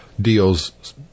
deals